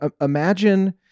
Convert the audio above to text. imagine